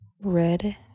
Red